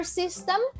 system